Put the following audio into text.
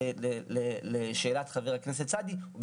לשאלת חבר הכנסת סעדי.